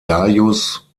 gaius